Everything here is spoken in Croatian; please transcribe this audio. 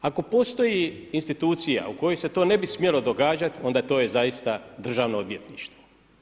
Ako postoji institucija u kojoj se to ne bi smjelo događati, onda to je zaista državno odvjetništvo.